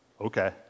Okay